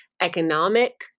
economic